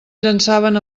llançaven